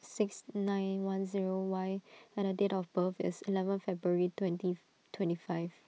six nine one zero Y and date of birth is eleven February twenty twenty five